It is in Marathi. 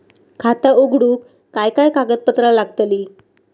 खाता उघडूक काय काय कागदपत्रा लागतली?